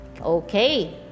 Okay